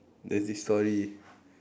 there's this story